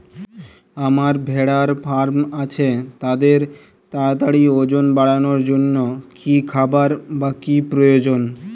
আমার ভেড়ার ফার্ম আছে তাদের তাড়াতাড়ি ওজন বাড়ানোর জন্য কী খাবার বা কী প্রয়োজন?